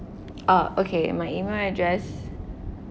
ah okay my email address